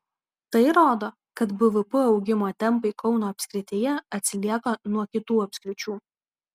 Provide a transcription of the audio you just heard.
tai rodo kad bvp augimo tempai kauno apskrityje atsilieka nuo kitų apskričių